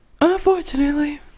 Unfortunately